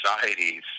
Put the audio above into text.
societies